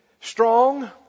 strong